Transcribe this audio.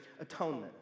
atonement